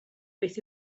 beth